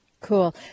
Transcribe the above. Cool